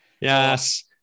Yes